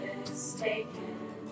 mistaken